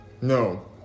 No